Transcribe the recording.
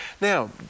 Now